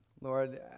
Lord